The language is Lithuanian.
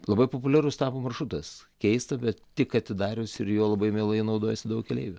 labai populiarus tapo maršrutas keista bet tik atidarius ir juo labai mielai naudojasi daug keleivių